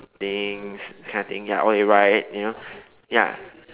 things that kind of thing ya or they ride you know ya